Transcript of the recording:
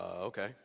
Okay